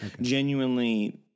genuinely